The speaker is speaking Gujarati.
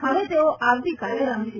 હવે તેઓ આવતીકાલે રમશે